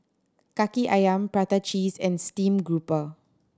Kaki Ayam prata cheese and steamed grouper